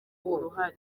uruhare